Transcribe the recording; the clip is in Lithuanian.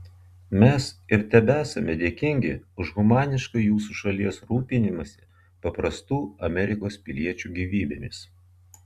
mes ir tebesame dėkingi už humanišką jūsų šalies rūpinimąsi paprastų amerikos piliečių gyvybėmis